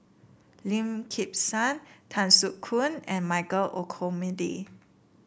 Lim Kim San Tan Soo Khoon and Michael Olcomendy